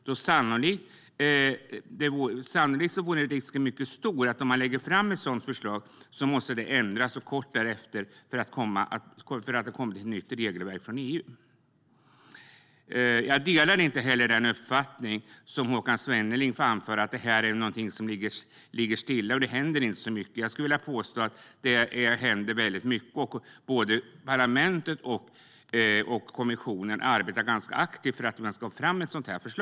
Om man lägger fram ett sådant förslag måste det sannolikt ändras kort därefter eftersom det då har kommit ett nytt regelverk från EU. Jag delar inte heller Håkan Svennelings uppfattning att det här skulle stå stilla, att det inte händer särskilt mycket. Jag skulle vilja påstå att det händer väldigt mycket. Både parlamentet och kommissionen arbetar ganska aktivt för att ett sådant förslag ska läggas fram.